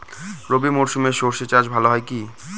রবি মরশুমে সর্ষে চাস ভালো হয় কি?